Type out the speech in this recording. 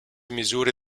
misure